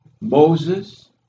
Moses